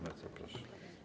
Bardzo proszę.